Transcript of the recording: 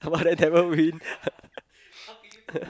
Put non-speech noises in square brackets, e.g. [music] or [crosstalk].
[laughs] and then never win